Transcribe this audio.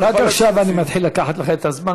רק עכשיו אני מתחיל לקחת לך את הזמן,